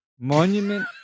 Monument